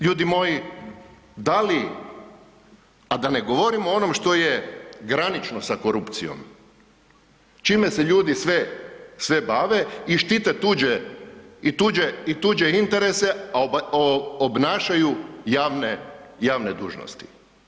Ljudi moji, da li, a da ne govorim o onom što je granično sa korupcijom, čime se ljudi sve bave i štite tuđe i tuđe interese, a obnašaju javne dužnosti.